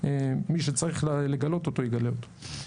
מי שצריך לגלות אותו, יגלה אותו.